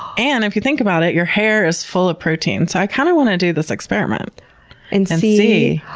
and if you think about it, your hair is full of protein, so i kind of want to do this experiment and see.